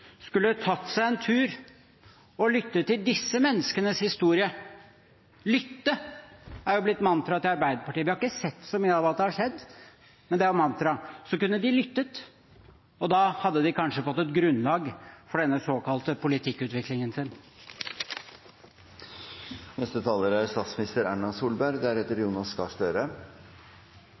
skulle tatt seg en tur og lyttet til disse menneskenes historie. Å lytte er jo blitt mantraet til Arbeiderpartiet. Vi har ikke sett så mye til at det har skjedd, men det er mantraet. De kunne ha lyttet, og da hadde de kanskje fått et grunnlag for denne såkalte politikkutviklingen sin.